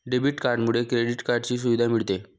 debit कार्डमुळे credit कार्डची सुविधा मिळते